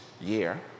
year